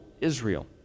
Israel